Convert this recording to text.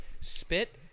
spit